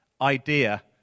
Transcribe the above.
idea